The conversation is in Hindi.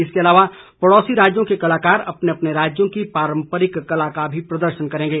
इसके अलावा पड़ोसी राज्यों के कलाकार अपने अपने राज्यों की पारम्परिक कला का भी प्रदर्शन करेंगे